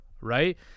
Right